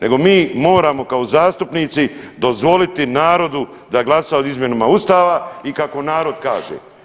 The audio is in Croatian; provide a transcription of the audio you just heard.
Nego mi moramo kao zastupnici dozvoliti narodu da glasa o izmjenama Ustava i kako narod kaže.